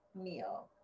meal